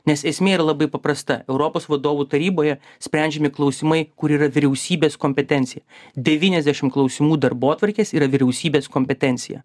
nes esmė yra labai paprasta europos vadovų taryboje sprendžiami klausimai kur yra vyriausybės kompetencija devyniasdešim klausimų darbotvarkės yra vyriausybės kompetencija